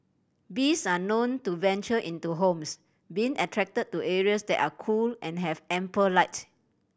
bees are known to venture into homes being attracted to areas that are cool and have ample light